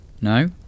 No